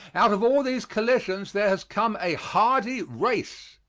out of all these collisions there has come a hardy race,